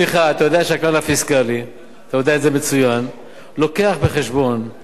אתה יודע שהכלל הפיסקלי מביא בחשבון את